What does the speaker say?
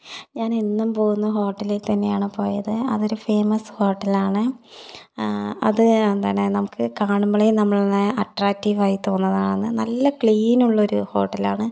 ഞാനെന്നും പോകുന്ന ഹോട്ടലിൽ തന്നെയാണ് പോയത് അതൊരു ഫേമസ് ഹോട്ടൽ ആണ് അത് എന്താണ് നമുക്ക് കാണുമ്പോഴേ നമ്മളെ അട്രാക്റ്റീവ് ആയി തോന്നുന്നതാണത് നല്ല ക്ലീൻ ഉള്ള ഒരു ഹോട്ടൽ ആണ്